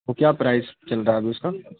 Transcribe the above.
تو کیا پرائز چل رہا ہے ابھی اس کا